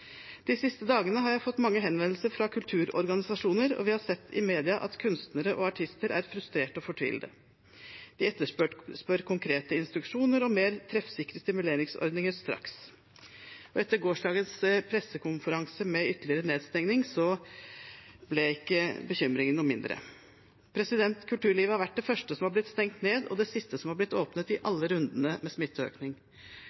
De siste dagene har jeg fått mange henvendelser fra kulturorganisasjoner, og vi har sett i media at kunstnere og artister er frustrerte og fortvilte. De etterspør konkrete instruksjoner og mer treffsikre stimuleringsordninger straks. Etter gårsdagens pressekonferanse – med ytterligere nedstengning – ble ikke bekymringene noe mindre. Kulturlivet har vært det første som har blitt stengt ned, og det siste som har blitt åpnet, i